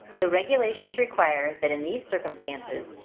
the regulations require that in these circumstances,